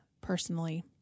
personally